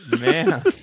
man